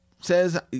says